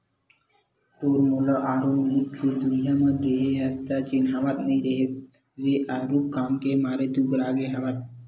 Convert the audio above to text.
तोर मोला आरो मिलिस फेर दुरिहा म रेहे हस त चिन्हावत नइ रेहे हस रे आरुग काम के मारे दुबरागे हवस